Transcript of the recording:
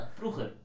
vroeger